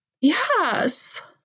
yes